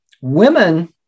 women